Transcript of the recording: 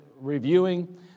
reviewing